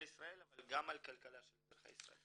ישראל אבל גם על הכלכלה של אזרחי ישראל.